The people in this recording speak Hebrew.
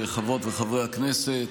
חברות וחברי הכנסת,